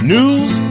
News